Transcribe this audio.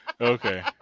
Okay